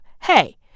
hey